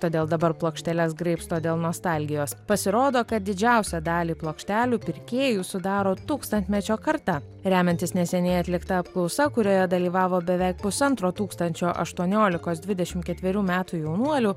todėl dabar plokšteles graibsto dėl nostalgijos pasirodo kad didžiausią dalį plokštelių pirkėjų sudaro tūkstantmečio karta remiantis neseniai atlikta apklausa kurioje dalyvavo beveik pusantro tūkstančio aštuoniolikos dvidešimt ketverių metų jaunuolių